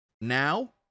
now